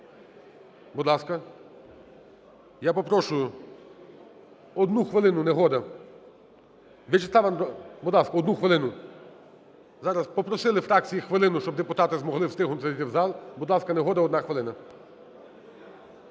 Будь ласка, я попрошу, одну хвилину, Негода. В'ячеслав … Будь ласка, одну хвилину. Зараз попросили фракції хвилину, щоби депутати могли встигнути зайти в зал. Будь ласка, Негода, одна хвилина.